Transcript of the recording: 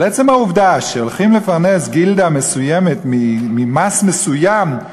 אבל עצם העובדה שהולכים לפרנס גילדה מסוימת ממס מסוים,